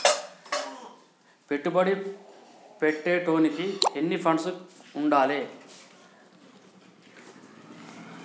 పెట్టుబడి పెట్టేటోనికి ఎన్ని ఫండ్స్ ఉండాలే?